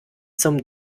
zum